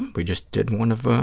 we just did one of